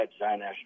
National